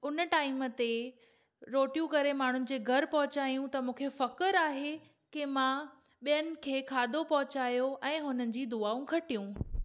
उन टाइम ते रोटियूं करे माण्हुनि जे घरु पहुचायूं त मूंखे फ़ख़ुर आहे के मां ॿियनि खे खाधो पहुचायो ऐं हुननि जी दूआऊं खटियूं